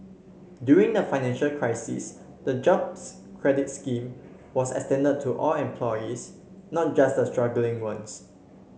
during the financial crisis the Jobs Credit scheme was extended to all employees not just the struggling ones